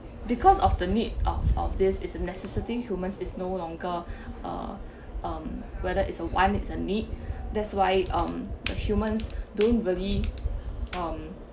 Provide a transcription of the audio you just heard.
because of the need of of this is a necessity humans is no longer uh whether it's a one it's a need that's why um the humans don't really um